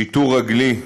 שיטור רגלי,